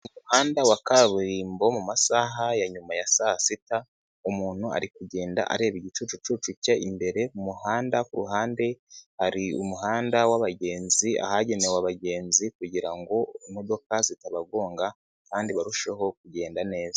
Umuhanda wa kaburimbo mu masaha ya nyuma ya saa sita umuntu ari kugenda areba igicucucucu ke imbere mu muhanda, ku ruhande hari umuhanda w'abagenzi, ahagenewe abagenzi kugira ngo imodoka zitabagonga kandi barusheho kugenda neza.